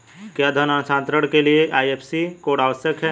क्या धन हस्तांतरण के लिए आई.एफ.एस.सी कोड आवश्यक है?